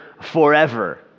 forever